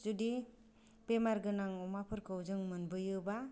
जुदि बेमार गोनां अमाफोरखौ जों मोनबोयोबा